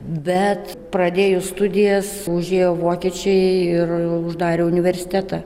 bet pradėjus studijas užėjo vokiečiai ir uždarė universitetą